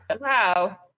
Wow